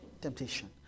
Temptation